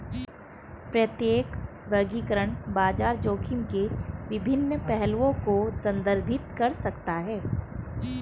प्रत्येक वर्गीकरण बाजार जोखिम के विभिन्न पहलुओं को संदर्भित कर सकता है